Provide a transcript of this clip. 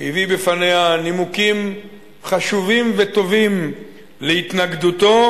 הביא בפניה נימוקים חשובים וטובים להתנגדותו.